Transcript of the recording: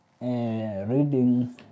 reading